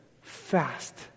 fast